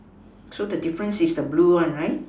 so the difference is the blue one right